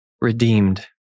Redeemed